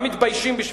גם מתביישים בשבילכם.